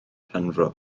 penfro